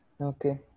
okay